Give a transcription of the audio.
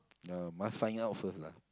no must find out first lah